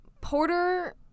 Porter